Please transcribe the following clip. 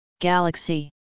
Galaxy